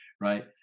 right